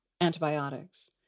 antibiotics